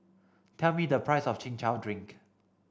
tell me the price of chin chow drink